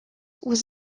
was